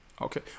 Okay